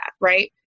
right